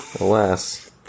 alas